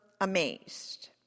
amazed